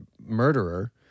murderer